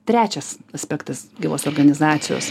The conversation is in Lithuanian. trečias aspektas gyvas organizacijos